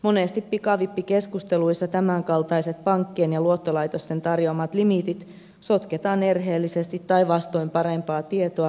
monesti pikavippikeskusteluissa tämänkaltaiset pankkien ja luottolaitosten tarjoamat limiitit sotketaan erheellisesti tai vastoin parempaa tietoa pikavippeihin